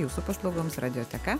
jūsų paslaugoms radioteka